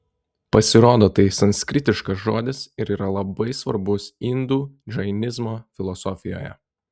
pasirodo tai sanskritiškas žodis ir yra labai svarbus indų džainizmo filosofijoje